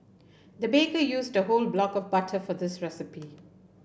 the baker used a whole block of butter for this recipe